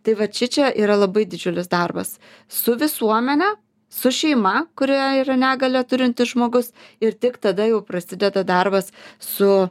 tai vat šičia yra labai didžiulis darbas su visuomene su šeima kurioje yra negalią turintis žmogus ir tik tada jau prasideda darbas su